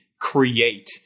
create